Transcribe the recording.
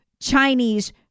Chinese